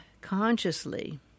consciously